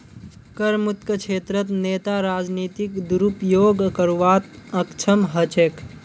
करमुक्त क्षेत्रत नेता राजनीतिक दुरुपयोग करवात अक्षम ह छेक